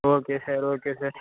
okay sir okay sir